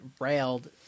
railed